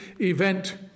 event